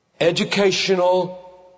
educational